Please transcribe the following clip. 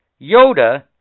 Yoda